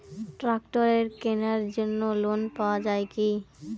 ট্রাক্টরের কেনার জন্য লোন পাওয়া যায় কি?